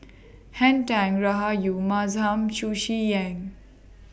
Henn Tan Rahayu Mahzam Chu Chee Seng